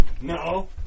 No